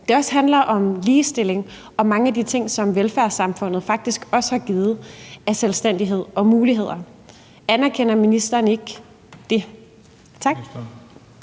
også handler om ligestilling og mange af de ting, som velfærdssamfundet faktisk også har givet af selvstændighed og muligheder. Anerkender ministeren ikke det? Tak.